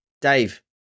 Dave